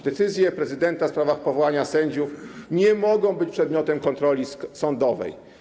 Decyzje prezydenta w sprawach powołania sędziów nie mogą być przedmiotem kontroli sądowej.